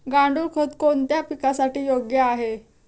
गांडूळ खत कोणत्या पिकासाठी योग्य आहे?